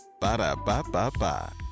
Ba-da-ba-ba-ba